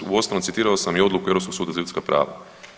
Uostalom citirao sam i Odluku Europskog suda za ljudska prava.